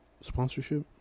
sponsorship